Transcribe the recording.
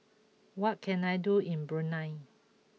what can I do in Brunei